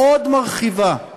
מאוד מרחיבה,